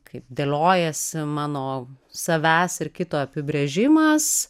kaip dėliojasi mano savęs ir kito apibrėžimas